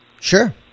Sure